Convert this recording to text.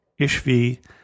Ishvi